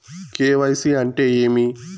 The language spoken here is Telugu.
కె.వై.సి అంటే ఏమి?